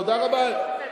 תודה רבה.